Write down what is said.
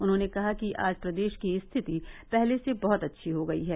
उन्होंने कहा कि आज प्रदेश की स्थिति पहले से बहत अच्छी हो गयी है